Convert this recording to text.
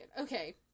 Okay